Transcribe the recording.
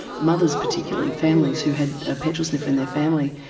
mothers particularly, families who had a petrol sniffer in their family,